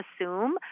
assume